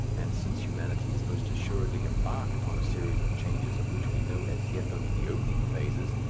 and since humanity is most assuredly embarked upon a series of changes of which we know as yet only the opening phases,